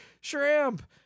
Shrimp